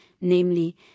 namely